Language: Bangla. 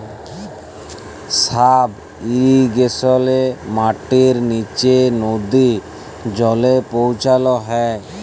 সাব ইরিগেশলে মাটির লিচে লদী জলে পৌঁছাল হ্যয়